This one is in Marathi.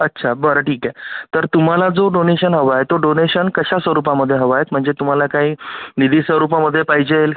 अच्छा बरं ठीक आहे तर तुम्हाला जो डोनेशन हवा आहे तो डोनेशन कशा स्वरूपामध्ये हवायत म्हणजे तुम्हाला काही निधी स्वरूपामध्ये पाहिजेल